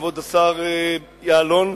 כבוד השר יעלון,